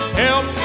help